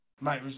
Mate